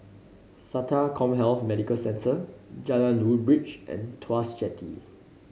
SATA CommHealth Medical Centre Jalan Woodbridge and Tuas Jetty